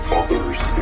others